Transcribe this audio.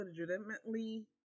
legitimately